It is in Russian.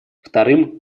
вторым